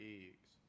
eggs